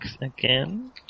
again